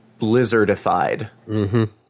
blizzardified